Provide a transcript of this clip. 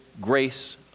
grace